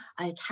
okay